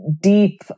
deep